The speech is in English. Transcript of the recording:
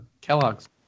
Kellogg's